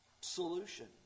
solution